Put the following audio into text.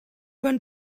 one